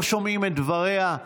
לא שומעים את דבריה.